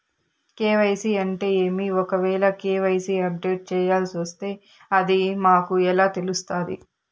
KYC అంటే ఏమి? ఒకవేల కె.వై.సి అప్డేట్ చేయాల్సొస్తే అది మాకు ఎలా తెలుస్తాది?